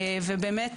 בנוסף,